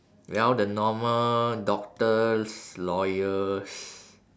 well the normal doctors lawyers